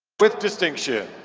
with distinction